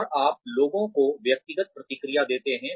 और आप लोगों को व्यक्तिगत प्रतिक्रिया देते हैं